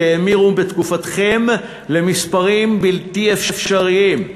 שהאמירו בתקופתכם למחירים בלתי אפשריים,